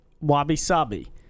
wabi-sabi